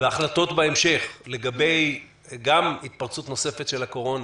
וההחלטות בהמשך גם לגבי התפרצות נוספת של הקורונה,